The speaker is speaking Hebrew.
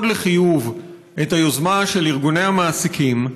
לחיוב את היוזמה של ארגוני המעסיקים,